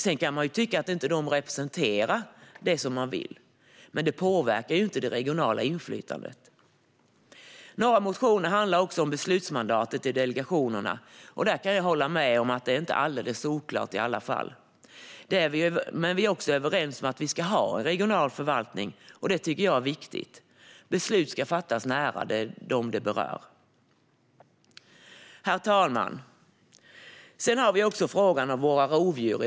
Sedan kan man tycka att de inte representerar vad man vill, men det påverkar inte det regionala inflytandet. Några motioner handlar också om beslutsmandatet i delegationerna. Där kan jag hålla med om att det inte är alldeles solklart i alla delar. Men vi är överens om att det ska vara en regional förvaltning, och det tycker jag är viktigt. Beslut ska fattas nära de berörda. Herr talman! I detta betänkande behandlas också frågan om våra rovdjur.